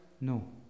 No